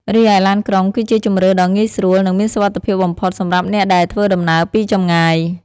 រីឯឡានក្រុងគឺជាជម្រើសដ៏ងាយស្រួល និងមានសុវត្ថិភាពបំផុតសម្រាប់អ្នកដែលធ្វើដំណើរពីចម្ងាយ។